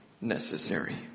necessary